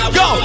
go